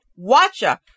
Watcha